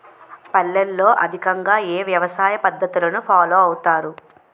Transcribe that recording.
పల్లెల్లో అధికంగా ఏ వ్యవసాయ పద్ధతులను ఫాలో అవతారు?